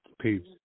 Peace